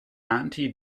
anti